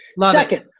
Second